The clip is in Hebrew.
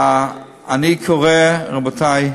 אני קורא, רבותי,